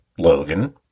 Logan